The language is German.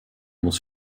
muss